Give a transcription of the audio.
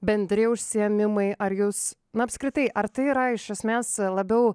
bendri užsiėmimai ar jūs na apskritai ar tai yra iš esmės labiau